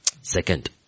Second